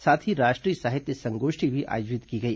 साथ ही राष्ट्रीय साहित्य संगोष्ठी भी आयोजित की गई